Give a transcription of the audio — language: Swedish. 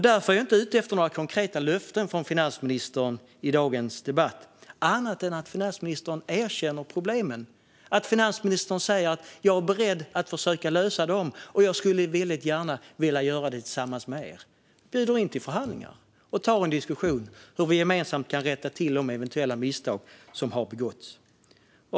Därför är jag inte ute efter några konkreta löften från finansministern i dagens debatt annat än att finansministern erkänner problemen och säger att hon är beredd att försöka lösa dem och att hon väldigt gärna skulle vilja göra det tillsammans med oss. Jag skulle vilja att finansministern bjuder in till förhandlingar och tar en diskussion om hur vi gemensamt kan rätta till de eventuella misstag som har begåtts.